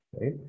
right